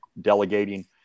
delegating